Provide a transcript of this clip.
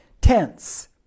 tense